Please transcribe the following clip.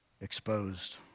exposed